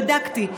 בדקתי.